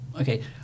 Okay